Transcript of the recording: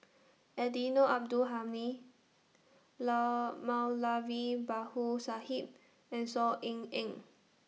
Eddino Abdul Hadi Moulavi Sahib and Saw Ean Ang